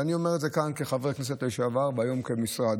ואני אומר את זה כאן כחבר כנסת לשעבר והיום כמשרד.